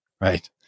right